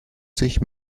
sich